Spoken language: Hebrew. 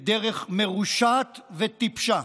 בדרך מרושעת וטיפשה,